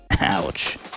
Ouch